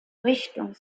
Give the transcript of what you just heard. richtung